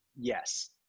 Yes